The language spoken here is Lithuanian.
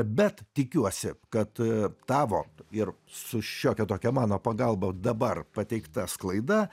bet tikiuosi kad tavo ir su šiokia tokia mano pagalba dabar pateikta sklaida